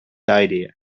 idea